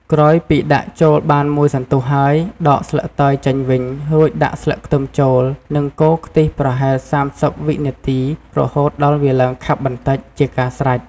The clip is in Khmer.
ក្រោយពីដាក់ចូលបានមួយសន្ទុះហើយ ដកស្លឹកតើយចេញវិញ រួចដាក់ស្លឹកខ្ទឹមចូល និងកូរខ្ទិះប្រហែល៣០វិនាទី រហូតដល់វាឡើងខាប់បន្តិច ជាការស្រេច។